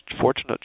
fortunate